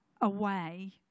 away